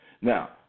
Now